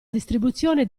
distribuzione